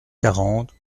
quarante